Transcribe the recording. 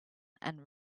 and